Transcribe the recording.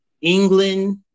England